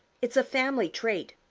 it's a family trait.